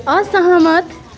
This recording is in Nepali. असहमत